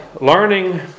learning